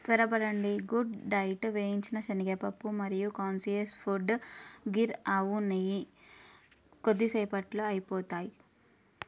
త్వరపడండి good diet వేయించిన శనగపప్పు మరియు కాన్షియస్ ఫుడ్ గిర్ ఆవు నెయ్యి కొద్దిసేపట్లో అయిపోతాయి